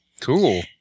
Cool